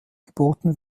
geboten